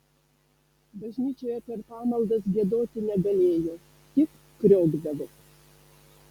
bažnyčioje per pamaldas giedoti negalėjo tik kriokdavo